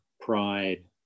pride